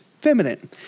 feminine